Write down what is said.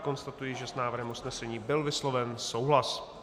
Konstatuji, že s návrhem usnesení byl vysloven souhlas.